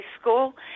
school